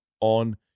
on